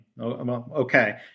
Okay